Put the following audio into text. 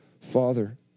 Father